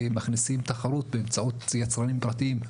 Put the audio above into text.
ומכניסים תחרות באמצעות פרטיים.